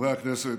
חברי הכנסת,